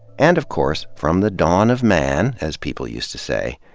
and of course, from the dawn of man, as people used to say,